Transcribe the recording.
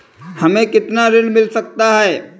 हमें कितना ऋण मिल सकता है?